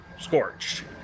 Scorched